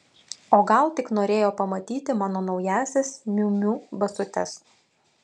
o gal tik norėjo pamatyti mano naująsias miu miu basutes